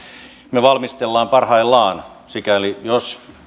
me valmistelemme parhaillaan sikäli jos